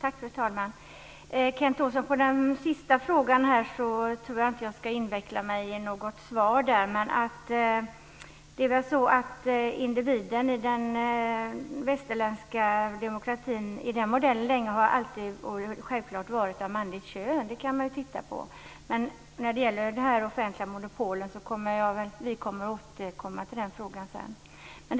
Fru talman! Den sista frågan som Kent Olsson ställde tror jag inte att jag ska inveckla mig i något svar på. Det är väl så att individen i modellen för den västerländska demokratin alltid och självklart har varit av manligt kön. Det kan man titta närmare på. Frågan om de offentliga monopolen avser vi att återkomma till sedan.